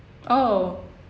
oh